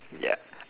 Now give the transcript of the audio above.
ya